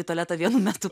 į tualetą vienu metu